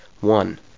One